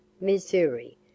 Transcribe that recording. Missouri